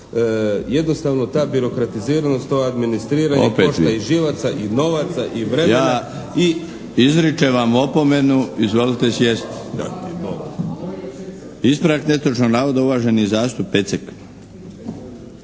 Jednostavno ta birokratiziranost, to administriranje košta i živaca… **Milinović, Darko (HDZ)** Opet vi. Izričem vam opomenu, izvolite sjesti. Ispravak netočnog navoda, uvaženi zastupnik Pecek.